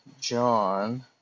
John